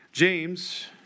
James